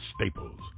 Staples